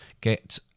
get